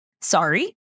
sorry